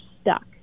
stuck